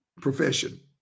profession